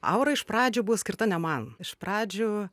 aura iš pradžių buvo skirta ne man iš pradžių